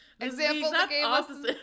Example